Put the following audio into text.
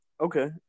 Okay